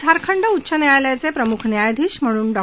झारखंड उच्च न्यायालयाचे प्रमुख न्यायाधीश म्हणून डॉ